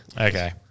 Okay